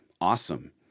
awesome